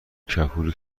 کپور